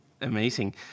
Amazing